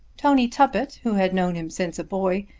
tony tuppett, who had known him since a boy,